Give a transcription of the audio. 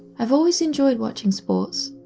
i've always enjoyed watching sports,